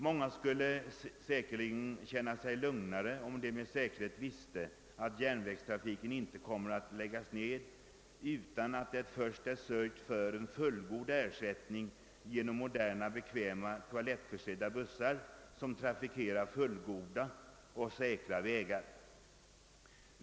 Många skulle säkerligen känna sig lugnare, om de visste att järnvägstrafiken inte kommer att läggas ned utan att det först är sörjt för en fullgod ersättning genom moderna bekväma toalettförsedda bussar som trafikerar fullgoda och säkra vägar.